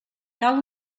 cal